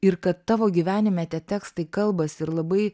ir kad tavo gyvenime tie tekstai kalbasi ir labai